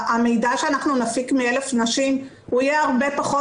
המידע שאנחנו נפיק מ-1,000 נשים יהיה הרבה פחות